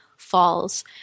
Falls